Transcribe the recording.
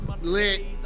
lit